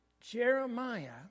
Jeremiah